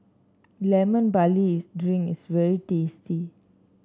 Lemon Barley Drink is very tasty